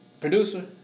producer